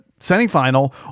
semifinal